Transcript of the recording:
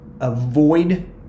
avoid